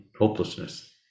hopelessness